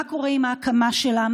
מה קורה עם ההקמה שלה?